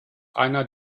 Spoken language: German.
einer